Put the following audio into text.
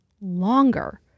longer